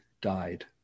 died